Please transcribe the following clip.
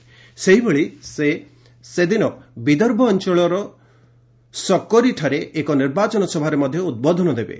ସେହିଭଳି ସେ ସେହିଦିନ ବିଦର୍ଭ ଅଞ୍ଚଳର ସକୋରିଠାରେ ଏକ ନିର୍ବାଚନ ସଭାରେ ମଧ୍ୟ ଉଦ୍ବୋଧନ ଦେବେ